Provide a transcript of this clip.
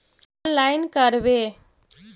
Online करवे?